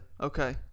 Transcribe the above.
Okay